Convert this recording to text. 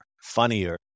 funnier